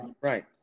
right